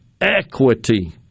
equity